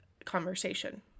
conversation